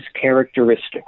characteristics